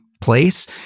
place